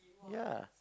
yeah